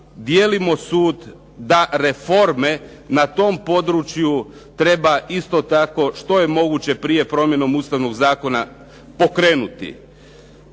dijelimo sud da reforme na tom području treba isto tako što je moguće prije promjenom ustavnog zakona pokrenuti.